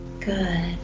Good